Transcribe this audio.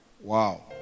wow